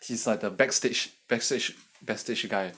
he is like the backstage backstage backstage guy